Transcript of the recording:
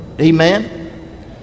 amen